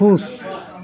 खुश